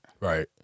Right